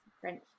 French